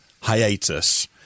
hiatus